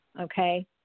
Okay